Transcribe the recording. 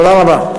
תודה רבה.